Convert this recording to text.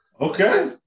okay